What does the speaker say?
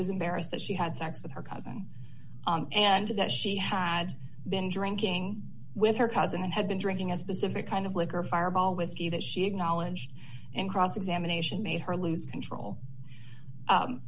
was embarrassed that she had sex with her cousin and that she had been drinking with her cousin and had been drinking a specific kind of liquor fireball whiskey that she acknowledged and cross examination made her lose control